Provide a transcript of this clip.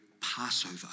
Passover